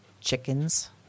chickens